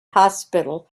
hospital